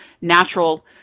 natural